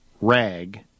rag